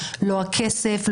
לא הכסף,